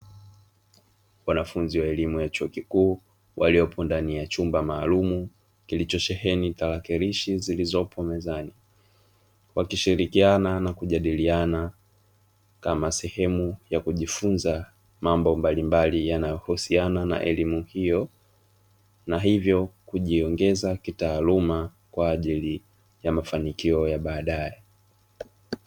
Wanafunzi wa elimu ya chuo kikuu waliopo ndani ya chumba maalumu kilichosheheni tarakirishi zilizopo mezani, wakishirikiana na kujadiliana kama sehemu ya kujifunza mambo mbalimbali yanayohusiana na elimu hiyo na hivyo kujiongeza kitaaluma kwa ajili ya mafanikio ya baadae.